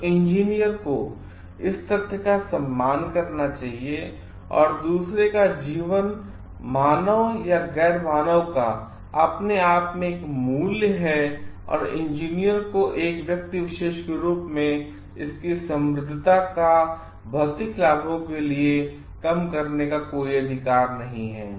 तो इंजीनियर को इस तथ्य का सम्मान करना चाहिए दूसरे का जीवन मानव या गैर मानव काअपने आप मेंएक मूल्यहै औरइंजीनियरों को एक व्यक्ति विशेष के रूप में इसकी समृद्धता को भौतिक लाभों के लिए कम करने का कोई अधिकार नहीं है